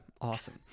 awesome